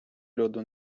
льоду